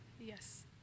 Yes